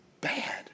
bad